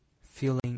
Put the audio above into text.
Feeling